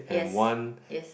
yes yes